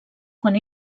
quan